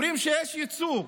אומרים שיש ייצוג,